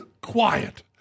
quiet